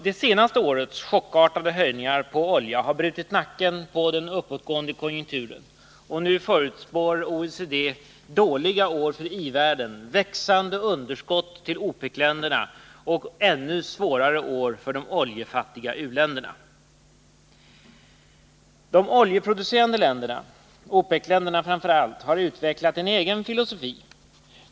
Det senaste årets chockartade prishöjningar på olja har brutit nacken på den uppåtgående konjunkturen, och nu förutspår OECD dåliga år för industrivärlden, växande underskott för OPEC-länderna och ännu svårare år för de oljefattiga u-länderna. De oljeproducerande länderna, framför allt OPEC-länderna, har utvecklat en egen filosofi.